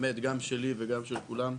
שלי ושל כולם?